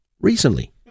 recently